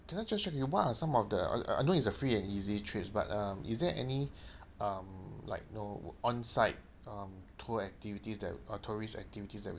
can I just check with you what are some of the I I know it's a free and easy trip but um is there any um like you know on site um tour activities that uh tourist activities that we